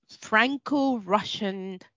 Franco-Russian